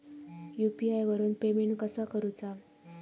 UPI वरून payment कसा करूचा?